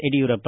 Yediyurappa